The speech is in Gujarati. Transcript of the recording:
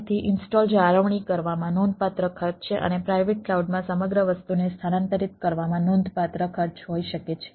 તેથી ઇન્સ્ટોલ જાળવણી કરવામાં નોંધપાત્ર ખર્ચ છે અને પ્રાઇવેટ ક્લાઉડમાં સમગ્ર વસ્તુને સ્થાનાંતરિત કરવામાં નોંધપાત્ર ખર્ચ હોઈ શકે છે